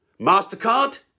MasterCard